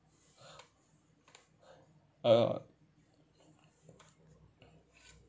uh